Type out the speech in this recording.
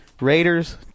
Raiders